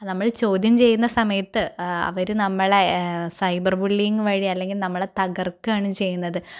നമ്മൾ ചോദ്യം ചെയ്യുന്ന സമയത്ത് അവര് നമ്മളെ സൈബർ ബുള്ളിങ് വഴി അല്ലെങ്കിൽ നമ്മളെ തകർക്കുകയാണ് ചെയ്യുന്നത് അപ്പോൾ